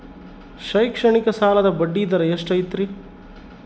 ಶೈಕ್ಷಣಿಕ ಸಾಲದ ಬಡ್ಡಿ ದರ ಎಷ್ಟು ಐತ್ರಿ?